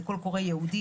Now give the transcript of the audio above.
זה קול קורא ייעודי,